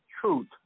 truth